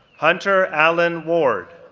hunter alan ward,